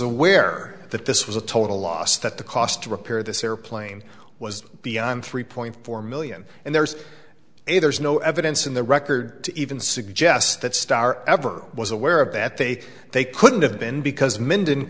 aware that this was a total loss that the cost to repair this airplane was beyond three point four million and there's a there's no evidence in the record to even suggest that starr ever was aware of that they they couldn't have been because m